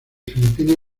filipinas